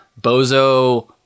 bozo